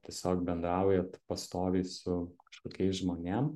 tiesiog bendraujat pastoviai su kažkokiais žmonėm